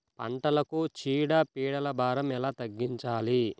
పంటలకు చీడ పీడల భారం ఎలా తగ్గించాలి?